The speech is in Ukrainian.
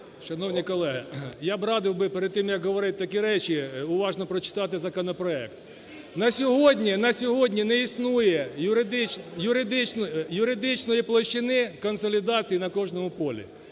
Шановні колеги, я б радив би перед тим, як говорити такі речі, уважно прочитати законопроект. На сьогодні не існує юридичної площини консолідації на кожному полі.